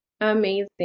Amazing